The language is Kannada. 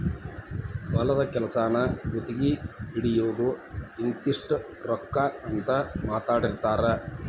ಹೊಲದ ಕೆಲಸಾನ ಗುತಗಿ ಹಿಡಿಯುದು ಇಂತಿಷ್ಟ ರೊಕ್ಕಾ ಅಂತ ಮಾತಾಡಿರತಾರ